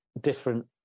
different